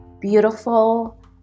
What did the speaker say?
beautiful